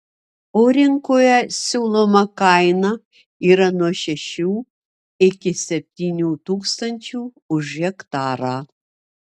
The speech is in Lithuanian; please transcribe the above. o rinkoje siūloma kaina yra nuo šešių iki septynių tūkstančių už hektarą